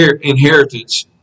inheritance